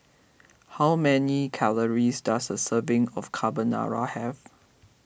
how many calories does a serving of Carbonara have